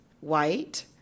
white